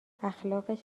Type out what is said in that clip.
اخلاقش